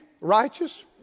righteous